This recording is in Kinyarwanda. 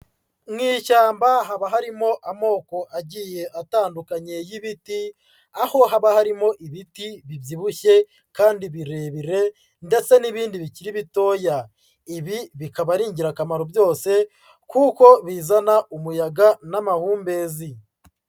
Mu ishyamba haba harimo amoko agiye atandukanye y'ibiti, aho haba harimo ibiti bibyibushye kandi birebire ndetse n'ibindi bikiri bitoya, ibi bikaba ari ingirakamaro byose kuko bizana umuyaga n'amahumbezi.